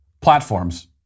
platforms